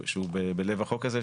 שהוא בלב החוק הזה,